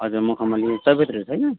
हजुर मखमली सयपत्रीहरू छैन